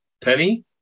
penny